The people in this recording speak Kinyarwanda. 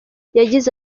yagize